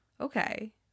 okay